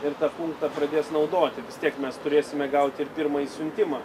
ir tą punktą pradės naudoti vis tiek mes turėsime gauti ir pirmąjį siuntimą